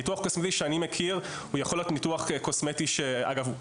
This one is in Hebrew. הניתוח הקוסמטי שאני מכיר יכול להיות ניתוח קוסמטי אגב,